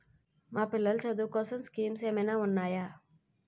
మా పిల్లలు చదువు కోసం స్కీమ్స్ ఏమైనా ఉన్నాయా?